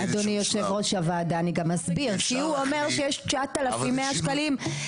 אז יש סעיף תקציבי 200 מיליון שקל?